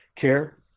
care